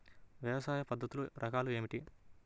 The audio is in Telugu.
వ్యవసాయ పద్ధతులు రకాలు ఏమిటి?